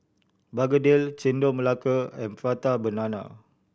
begedil Chendol Melaka and Prata Banana